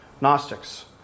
Gnostics